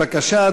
בבקשה,